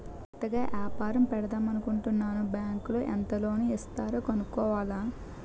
కొత్తగా ఏపారం పెడదామనుకుంటన్నాను బ్యాంకులో ఎంత లోను ఇస్తారో కనుక్కోవాల